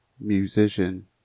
Musician